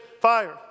fire